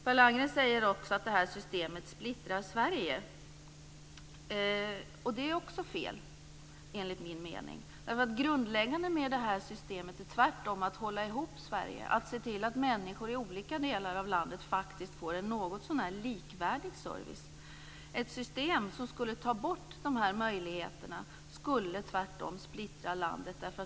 Per Landgren säger också att systemet splittrar Sverige. Det är enligt min mening också fel. Grundläggande för det här systemet är tvärtom att hålla ihop Sverige, att se till att människor i olika delar av landet faktiskt får en något så när likvärdig service. Ett system som skulle ta bort de här möjligheterna skulle tvärtom splittra landet.